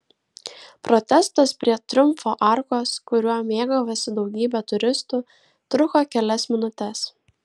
protestas prie triumfo arkos kuriuo mėgavosi daugybė turistų truko kelias minutes